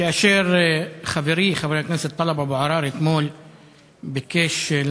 כאשר חברי חבר הכנסת טלב אבו עראר ביקש אתמול